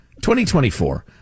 2024